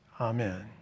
Amen